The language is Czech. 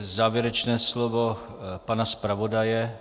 Závěrečné slovo pana zpravodaje.